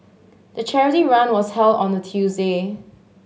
the charity run was held on a Tuesday